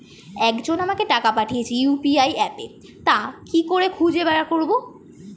একজন আমাকে টাকা পাঠিয়েছে ইউ.পি.আই অ্যাপে তা কি করে খুঁজে বার করব?